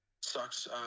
sucks